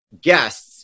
guests